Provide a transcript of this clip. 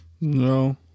No